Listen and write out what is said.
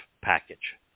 package